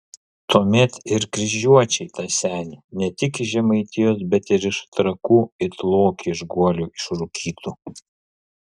tuomet ir kryžiuočiai tą senį ne tik iš žemaitijos bet ir iš trakų it lokį iš guolio išrūkytų